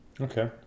Okay